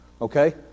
Okay